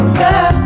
girl